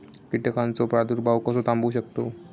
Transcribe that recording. कीटकांचो प्रादुर्भाव कसो थांबवू शकतव?